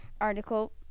article